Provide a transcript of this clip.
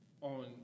on